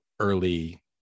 early